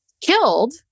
killed